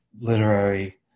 literary